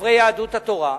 חברי יהדות התורה,